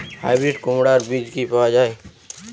Hybrid কুমড়ার বীজ কি পাওয়া য়ায়?